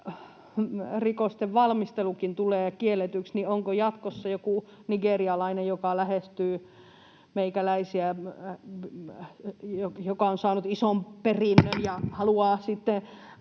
rikosten valmistelukin tulee kielletyksi, niin onko jatkossa kielletty joku nigerialainen, joka lähestyy meikäläisiä ja joka on saanut ison perinnön ja haluaa sitten